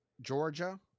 georgia